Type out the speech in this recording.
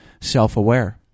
self-aware